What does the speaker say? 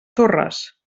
torres